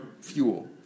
fuel